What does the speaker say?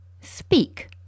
Speak